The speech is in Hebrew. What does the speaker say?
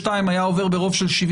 הגיע הזמן לא להשאיר עוד פעם את נושא